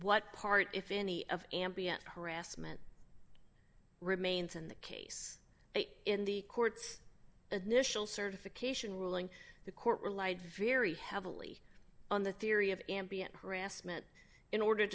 what part if any of ambient harassment remains in the case it in the courts additional certification ruling the court relied very heavily on the theory of ambient harassment in order